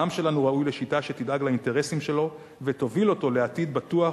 העם שלנו ראוי לשיטה שתדאג לאינטרסים שלו ותוביל אותו לעתיד בטוח